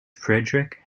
frederick